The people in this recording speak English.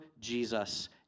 Jesus